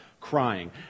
crying